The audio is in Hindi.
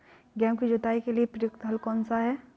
गेहूँ की जुताई के लिए प्रयुक्त हल कौनसा है?